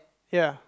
ya